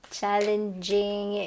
challenging